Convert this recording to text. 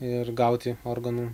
ir gauti organų